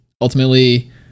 ultimately